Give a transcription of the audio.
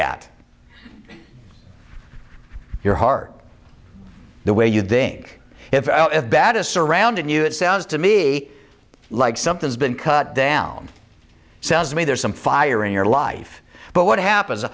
at your heart the way you think if bad is surrounding you it sounds to me like something's been cut down sounds to me there's some fire in your life but what happens